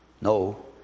No